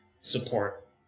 support